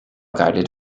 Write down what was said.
guided